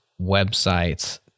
websites